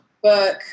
book